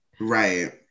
right